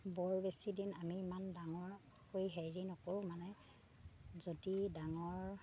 বৰ বেছি দিন আমি ইমান ডাঙৰকৈ হেৰি নকৰোঁ মানে যদি ডাঙৰ